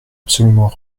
absolument